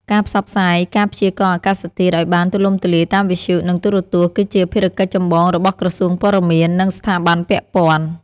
ការផ្សព្វផ្សាយការព្យាករណ៍អាកាសធាតុឱ្យបានទូលំទូលាយតាមវិទ្យុ និងទូរទស្សន៍គឺជាភារកិច្ចចម្បងរបស់ក្រសួងព័ត៌មាន និងស្ថាប័នពាក់ព័ន្ធ។